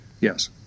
Yes